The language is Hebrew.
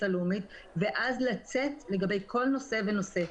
הלאומית ואז לצאת לגבי כל נושא ונושא.